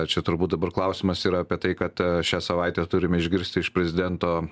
čia turbūt dabar klausimas yra apie tai kad šią savaitę turim išgirsti iš prezidento